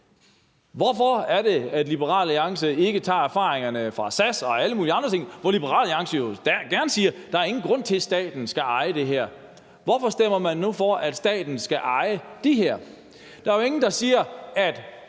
Hvorfor er det, at Liberal Alliance ikke tager erfaringerne fra SAS og alle mulige andre ting? Der siger Liberal Alliance jo gerne, at der ikke er nogen grund til, at staten skal eje det. Hvorfor stemmer man nu for, at staten skal eje det her? Der er jo ingen, der siger, at